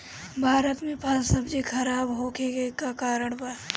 भारत में फल सब्जी खराब होखे के का कारण बा?